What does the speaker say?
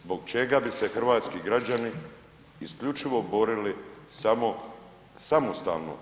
Zbog čega bi se hrvatski građani isključivo borili samo samostalno?